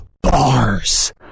bars